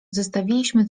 zostawiliśmy